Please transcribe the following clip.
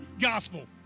gospel